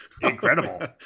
incredible